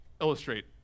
illustrate